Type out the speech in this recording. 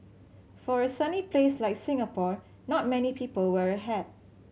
for a sunny place like Singapore not many people wear a hat